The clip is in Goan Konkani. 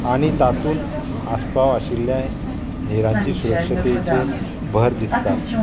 आनी तातूंत आस्पाव आशिल्ल्या हेरांची सुरक्षताचेर भर दिसतात